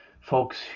Folks